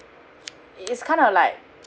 it is kind of like